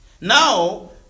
Now